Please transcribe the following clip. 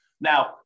Now